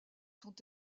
sont